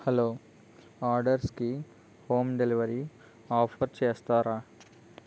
hello ఆర్డర్స్కి home delivery offer చేస్తారా